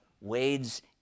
wades